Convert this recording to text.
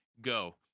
go